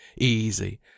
easy